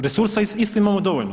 Resursa isto imamo dovoljno.